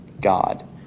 God